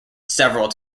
several